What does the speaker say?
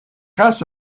race